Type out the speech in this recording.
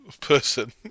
person